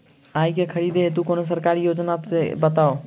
आइ केँ खरीदै हेतु कोनो सरकारी योजना छै तऽ बताउ?